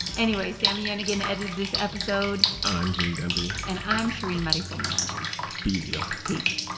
anyway, sami yenigun edited this episode i'm gene demby and i'm shereen marisol meraji be easy, y'all peace